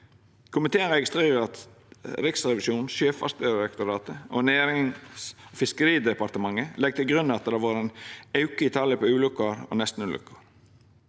Komiteen registrerer at Riksrevisjonen, Sjøfartsdirektoratet og Nærings- og fiskeridepartementet legg til grunn at det har vore ein auke i talet på ulukker og nestenulukker.